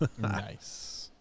Nice